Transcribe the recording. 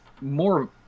more